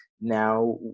now